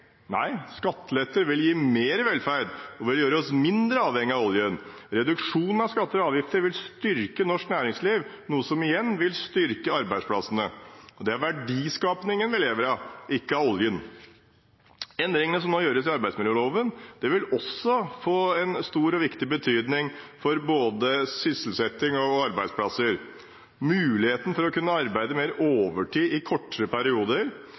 Nei, skatteletter vil gi mer velferd og vil gjøre oss mindre avhengige av oljen. Reduksjon av skatter og avgifter vil styrke norsk næringsliv, noe som igjen vil styrke arbeidsplassene. Det er verdiskapingen vi lever av, ikke av oljen. Endringene som nå gjøres i arbeidsmiljøloven, vil også få stor og viktig betydning for både sysselsetting og arbeidsplasser. Muligheten for å kunne arbeide mer overtid i kortere perioder